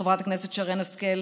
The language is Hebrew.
חברת הכנסת שרן השכל,